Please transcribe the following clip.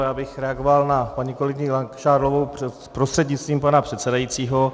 Já bych reagoval na paní kolegyni Langšádlovou prostřednictvím pana předsedajícího.